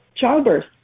childbirth